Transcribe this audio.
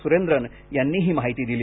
सुरेंद्रन यांनी ही माहिती दिली आहे